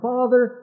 Father